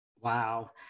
Wow